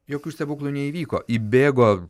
jokių stebuklų neįvyko įbėgo